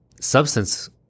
substance